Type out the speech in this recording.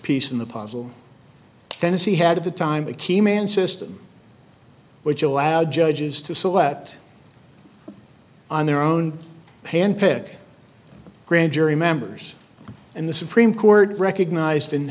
piece in the puzzle tennessee had at the time a key man system which allowed judges to select on their own handpick grand jury members and the supreme court recognized in